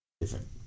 different